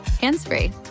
hands-free